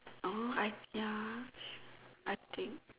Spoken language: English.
orh I ya I think